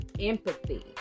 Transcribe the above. empathy